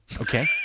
Okay